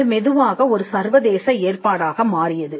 இது மெதுவாக ஒரு சர்வதேச ஏற்பாடாக மாறியது